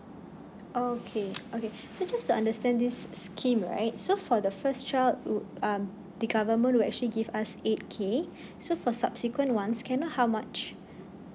okay okay so just to understand this scheme right so for the first child would um the government would actually give us eight K so for subsequent ones can I know how much